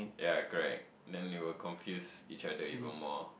ya correct then they will confuse each other even more